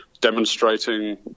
demonstrating